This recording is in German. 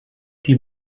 die